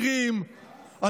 אני